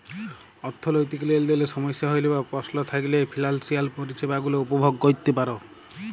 অথ্থলৈতিক লেলদেলে সমস্যা হ্যইলে বা পস্ল থ্যাইকলে ফিলালসিয়াল পরিছেবা গুলা উপভগ ক্যইরতে পার